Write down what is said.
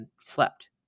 slept